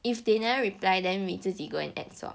if they never reply then we 自己 go and add sort